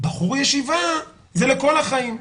בחור ישיבה זה לכל החיים,